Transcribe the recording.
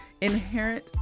inherent